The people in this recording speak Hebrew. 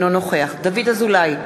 אינו נוכח דוד אזולאי,